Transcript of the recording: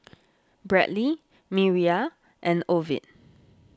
Bradley Miriah and Ovid